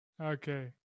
Okay